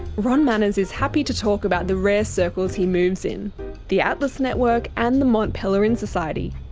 ron manners is happy to talk about the rare circles he moves in the atlas network and the mont pelerin society.